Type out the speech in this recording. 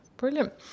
Brilliant